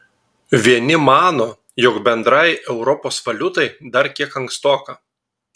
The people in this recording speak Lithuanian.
vieni mano jog bendrai europos valiutai dar kiek ankstoka